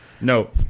No